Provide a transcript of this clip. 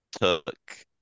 took